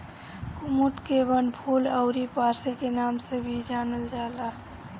कुमुद के वनफूल अउरी पांसे के नाम से भी जानल जाला